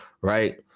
right